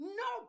no